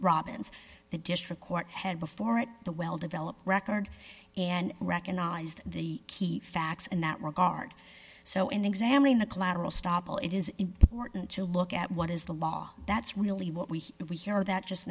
robin's the district court had before it the well developed record and recognized the key facts in that regard so in examining the collateral stoppel it is important to look at what is the law that's really what we if we hear that just